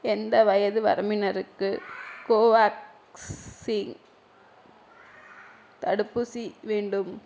எந்த வயது வரம்பினருக்கு கோவோவேக்ஸ்ஸிங் தடுப்பூசி வேண்டும்